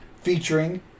featuring